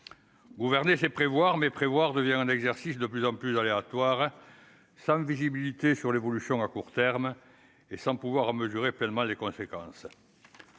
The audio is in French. gouverner c'est prévoir, mais prévoir devient un exercice de plus en plus aléatoire, sans visibilité sur l'évolution à court terme et sans pouvoir en mesurer pleinement les conséquences.